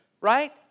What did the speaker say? right